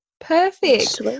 Perfect